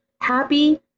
happy